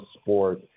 sport